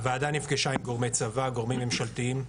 הוועדה נפגשה עם גורמי צבא, גורמים ממשלתיים,